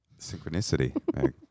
synchronicity